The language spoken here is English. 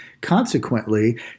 consequently